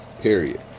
Period